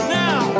now